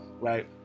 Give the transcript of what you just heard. Right